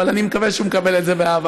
אבל אני מקווה שהוא מקבל את זה באהבה.